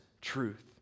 truth